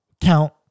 count